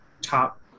top